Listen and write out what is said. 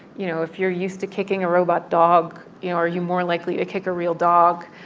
you know, if you're used to kicking a robot dog you know are you more likely to kick a real dog?